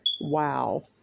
Wow